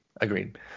Agreed